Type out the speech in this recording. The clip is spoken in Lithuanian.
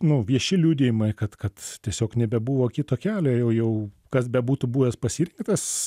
nu vieši liudijimai kad kad tiesiog nebebuvo kito kelio jau jau kas bebūtų buvęs pasirinktas